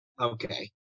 Okay